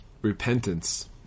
Repentance